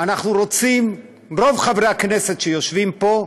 אנחנו רוצים, רוב חברי הכנסת שיושבים פה,